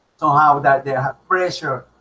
so how that they have pressure?